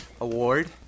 award